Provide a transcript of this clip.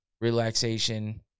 relaxation